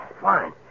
Fine